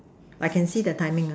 I can see the timing ah